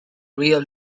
real